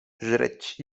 żreć